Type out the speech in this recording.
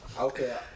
Okay